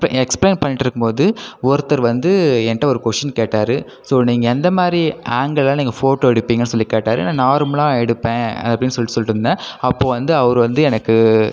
explain பண்ணிட்டுருக்கும் போது ஒருத்தர் வந்து என்கிட்ட ஒரு கொஸ்டீன் கேட்டார் ஸோ நீங்கள் எந்த மாதிரி ஆங்கிளில் நீங்கள் ஃபோட்டோ எடுப்பீங்கன்னு சொல்லி கேட்டார் நான் நார்மலாக எடுப்பேன் அப்படின்னு சொல்லி சொல்லிட்டுருந்தேன் அப்போ வந்து அவரு வந்து எனக்கு